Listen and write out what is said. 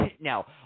Now